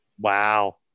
Wow